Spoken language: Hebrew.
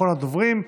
אחרון הדוברים,